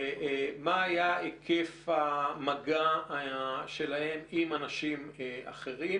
מה היה היקף המגע שלהם עם אנשים אחרים,